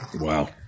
Wow